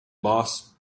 boss